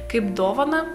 kaip dovaną